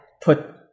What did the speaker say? put